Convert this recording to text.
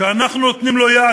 שאנחנו נותנים לו יד,